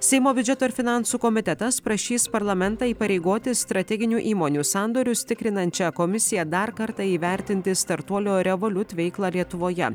seimo biudžeto ir finansų komitetas prašys parlamentą įpareigoti strateginių įmonių sandorius tikrinančią komisiją dar kartą įvertinti startuolio revoliut veiklą lietuvoje